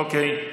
אוקיי.